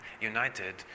united